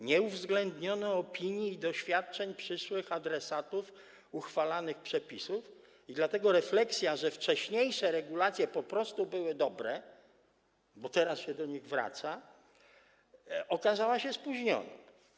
Nie uwzględniono opinii i doświadczeń przyszłych adresatów uchwalanych przepisów i dlatego refleksja, że wcześniejsze regulacje po prostu były dobre, bo teraz się do nich wraca, okazała się spóźniona.